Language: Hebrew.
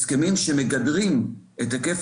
אנחנו עושים הסכמים שמגדרים את היקף